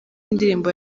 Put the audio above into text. indirimbo